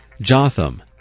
Jotham